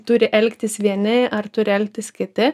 turi elgtis vieni ar turi elgtis kiti